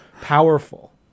powerful